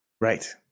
Right